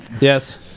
Yes